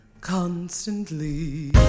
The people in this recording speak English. Constantly